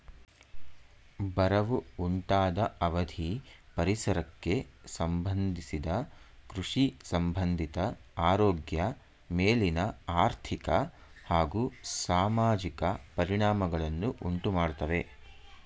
ಬರವು ಉಂಟಾದ ಅವಧಿ ಪರಿಸರಕ್ಕೆ ಸಂಬಂಧಿಸಿದ ಕೃಷಿಸಂಬಂಧಿತ ಆರೋಗ್ಯ ಮೇಲಿನ ಆರ್ಥಿಕ ಹಾಗೂ ಸಾಮಾಜಿಕ ಪರಿಣಾಮಗಳನ್ನು ಉಂಟುಮಾಡ್ತವೆ